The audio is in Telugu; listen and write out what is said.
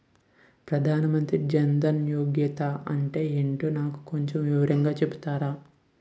ప్రధాన్ మంత్రి జన్ దన్ యోజన అంటే ఏంటో నాకు కొంచెం వివరంగా చెపుతారా?